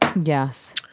Yes